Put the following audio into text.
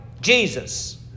Jesus